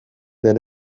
den